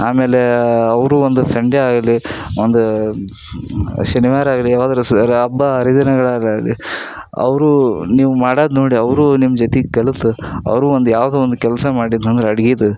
ಆಮೇಲೆ ಅವರೂ ಒಂದು ಸಂಡೆ ಆಗಲಿ ಒಂದು ಶನಿವಾರ ಆಗಲಿ ಯಾವ್ದಾರ ಸ್ ರ ಹಬ್ಬ ಹರಿದಿನಗಳಲ್ಲಾಗ್ಲಿ ಅವ್ರು ನೀವು ಮಾಡೋದ್ ನೋಡಿ ಅವರೂ ನಿಮ್ಮ ಜೊತೆಗ್ ಕಲೆತು ಅವರೂ ಒಂದು ಯಾವುದೋ ಒಂದು ಕೆಲಸ ಮಾಡಿದ್ನಂದ್ರೆ ಅಡ್ಗೇದು